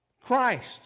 christ